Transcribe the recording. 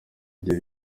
gihe